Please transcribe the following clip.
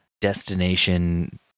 destination